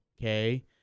okay